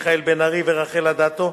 מיכאל בן-ארי ורחל אדטו,